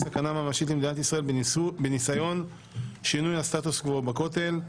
"סכנה ממשית למדינת ישראל בניסיון שינוי הסטטוס קוו בכותל".